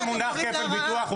גם המונח "כפל ביטוח".